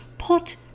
Pot